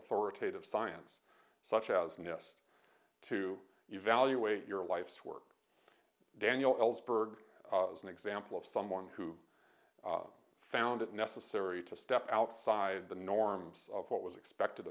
authoritative science such as this to evaluate your life's work daniel ellsberg as an example of someone who found it necessary to step outside the norms of what was expected